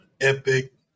Epic